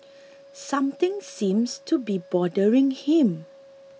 something seems to be bothering him